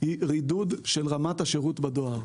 היא רידוד של רמת השירות בדואר.